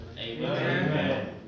Amen